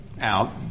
out